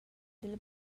dil